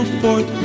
forth